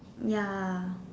ya